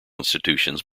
institutions